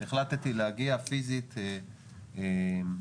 החלטתי להגיע פיזית לגדר,